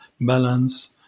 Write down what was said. balance